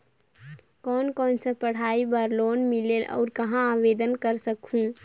कोन कोन सा पढ़ाई बर लोन मिलेल और कहाँ आवेदन कर सकहुं?